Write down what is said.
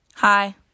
hi